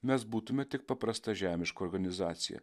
mes būtume tik paprasta žemiška organizacija